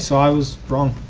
so i was wrong.